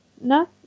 no